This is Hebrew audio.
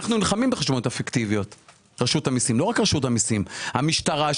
אנחנו נלחמים בחשבוניות הפיקטיביות ולא רק רשות המיסים אלא המשטרה,